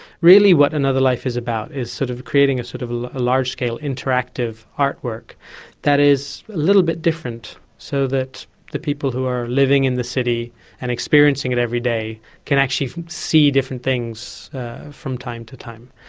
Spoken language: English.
really what another life is about is sort of creating sort of ah a large-scale interactive artwork that is a little bit different, so that the people who are living in the city and experiencing it every day can actually see different things from time to time.